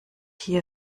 hier